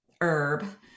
herb